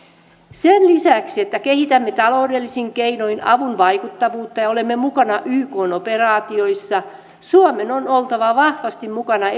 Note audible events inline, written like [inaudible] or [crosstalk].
sen lisäksi että kehitämme taloudellisin keinoin avun vaikuttavuutta ja olemme mukana ykn operaatioissa suomen on oltava vahvasti mukana [unintelligible]